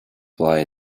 why